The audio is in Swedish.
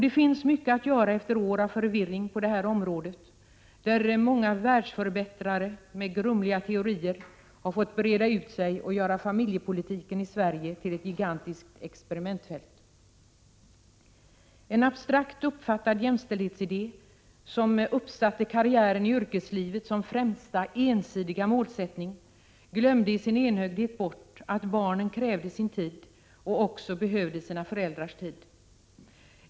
Efter år av förvirring på detta område finns det mycket att göra. Många världsförbättrare med grumliga teorier har fått breda ut sig och göra familjepolitiken i Sverige till ett gigantiskt experimentfält. En abstrakt uppfattad jämställdhetsidé som uppsatte karriären i yrkeslivet som främsta, ensidiga målsättning, glömde i sin enögdhet bort att barnen krävde sin tid och också behövde sina föräldrars tid.